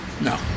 No